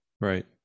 right